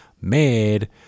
mad